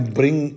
bring